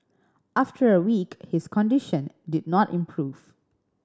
after a week his condition did not improve